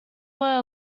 were